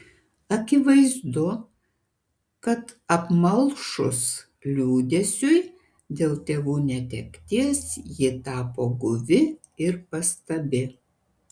akivaizdu kad apmalšus liūdesiui dėl tėvų netekties ji tapo guvi ir pastabi